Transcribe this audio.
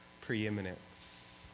preeminence